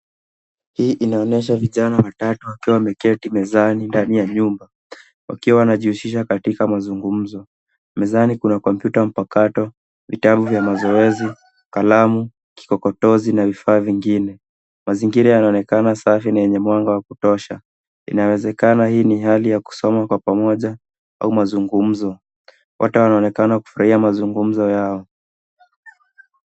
Hii inaonyesha vijana watatu wakiwa wameketi mezani ndani ya nyumba wakiwa wanajihusisha katika mazungumzo. Mezani kuna computer mpakato, vitabu vya mazoezi, kalamu, kikokotozi, na vifaa vingine. Mazingira yanaonekana safi na yenye mwanga wa kutosha. Inawezekana hii ni hali ya kusoma kwa pamoja au mazungumzo. Wote wanaonekana kufurahia mazungumzo yao.